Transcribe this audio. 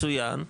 מצוין.